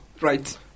Right